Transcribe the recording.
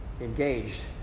engaged